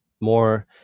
more